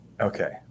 Okay